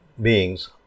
beings